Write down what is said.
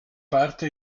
parte